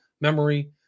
memory